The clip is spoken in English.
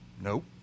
Nope